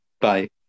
Bye